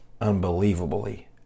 unbelievably